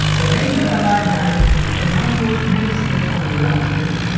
and nato ally had a number of ministers on iran's payroll,